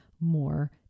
more